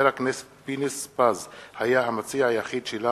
הכנסת פינס-פז היה המציע היחיד שלה,